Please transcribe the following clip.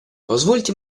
позвольте